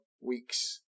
weeks